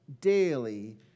daily